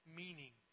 meaning